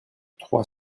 trois